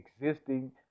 existing